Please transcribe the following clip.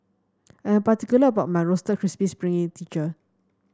I am particular about my Roasted Crispy